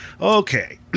Okay